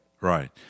Right